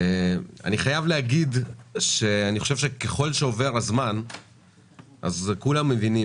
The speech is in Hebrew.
אני חייב להגיד שככל שעובר הזמן כולם מבינים